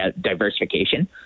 diversification